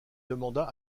demanda